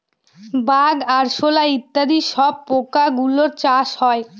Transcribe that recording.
bug, আরশোলা ইত্যাদি সব পোকা গুলোর চাষ হয়